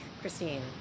Christine